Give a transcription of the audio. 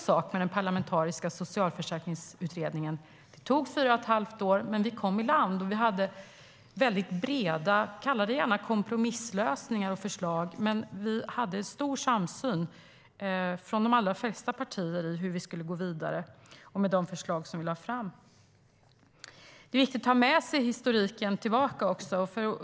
Parlamentariska socialförsäkringsutredningen tog fyra och ett halvt år, men vi kom i land. Det fanns breda kalla dem gärna kompromisslösningar och förslag, men det fanns en stor samsyn från de allra flesta partier i hur vi skulle gå vidare med de förslag som lades fram. Det är viktigt att ta med sig historiken tillbaka.